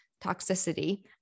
toxicity